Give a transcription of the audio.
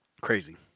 Crazy